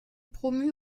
promu